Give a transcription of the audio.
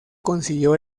consiguió